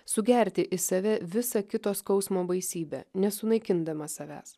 sugerti į save visą kito skausmo baisybę nesunaikindamas savęs